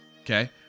Okay